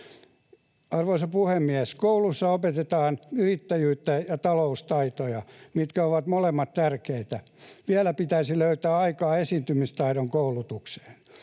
Arvoisa puhemies! Kouluissa opetetaan yrittäjyyttä ja taloustaitoja, mitkä ovat molemmat tärkeitä. Vielä pitäisi löytää aikaa esiintymistaidon koulutukseen.